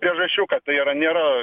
priežasčių kad tai yra nėra